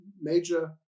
major